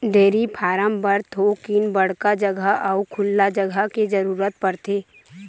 dairy farm बर थोकिन बड़का जघा अउ खुल्ला जघा के जरूरत परथे